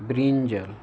brinjal